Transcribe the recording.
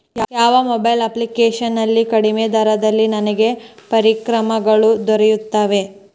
ಯಾವ mobile application ನಲ್ಲಿ ಕಡಿಮೆ ದರದಲ್ಲಿ ನನಗೆ ಪರಿಕರಗಳು ದೊರೆಯುತ್ತವೆ?